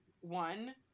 one